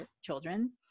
children